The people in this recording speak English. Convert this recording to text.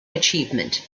achievement